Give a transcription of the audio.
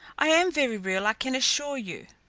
i am very real, i can assure you.